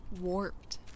warped